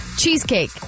Cheesecake